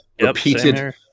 repeated